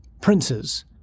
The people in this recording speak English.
Princes